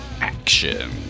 action